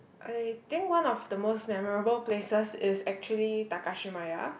I think one of the most memorable places is actually Takashimaya